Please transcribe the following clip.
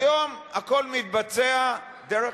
היום הכול מתבצע דרך,